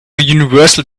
universal